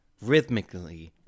rhythmically